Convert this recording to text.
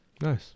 Nice